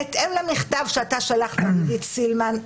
בהתאם למכתב שאתה שלחת לעידית סילמן,